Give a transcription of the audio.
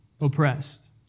oppressed